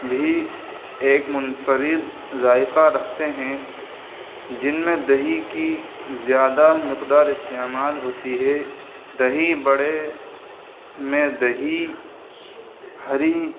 بھی ایک منفرد ذائقہ رکھتے ہیں جن میں دہی کی زیادہ مقدار استعمال ہوتی ہے دہی بڑے میں دہی ہری